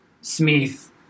Smith